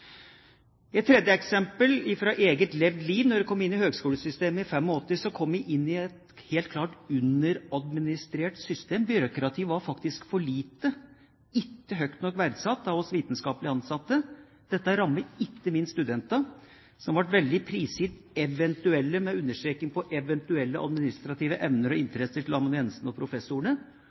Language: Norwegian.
Et tredje eksempel fra eget levd liv: Da jeg kom inn i høgskolesystemet i 1985, kom jeg inn i et helt klart underadministrert system. Byråkratiet var faktisk for lite, ikke høgt nok verdsatt av oss vitenskapelig ansatte. Dette rammet ikke minst studentene, som ble veldig prisgitt eventuelle administrative evner og interesser til amanuenser og professorer. Og